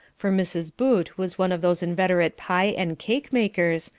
for mrs. boot was one of those inveterate pie and cake makers,